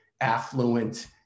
affluent